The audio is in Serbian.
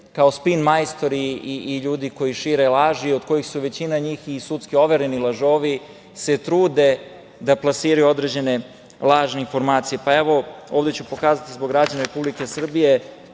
kao spin majstori i ljudi koji šire laži, od kojih su većina njih i sudski overeni lažovi, se trude da plasiraju određene lažne informacije. Evo, ovde ću pokazati zbog građana Republike Srbije,